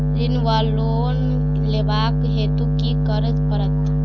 ऋण वा लोन लेबाक हेतु की करऽ पड़त?